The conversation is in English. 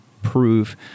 prove